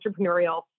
entrepreneurial